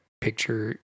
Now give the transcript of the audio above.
picture